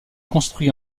construit